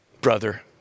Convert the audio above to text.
brother